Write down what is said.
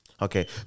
Okay